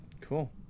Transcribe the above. cool